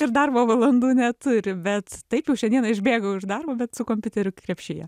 ir darbo valandų neturi bet taip jau šiandieną išbėgau iš darbo bet su kompiuteriu krepšyje